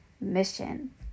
mission